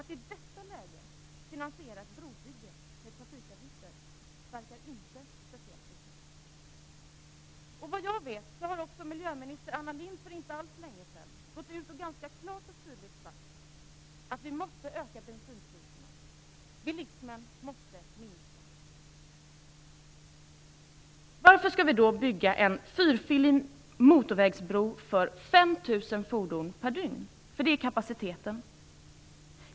Att i detta läge finansiera ett brobygge med trafikavgifter verkar inte speciellt lyckat. Såvitt jag vet har miljöminister Anna Lindh för inte alls så länge sedan ganska klart och tydligt sagt att vi måste höja bensinpriserna, att bilismen måste minska. Varför skall vi då bygga en fyrfilig motorvägsbro för 5 000 fordon per dygn - det är kapaciteten?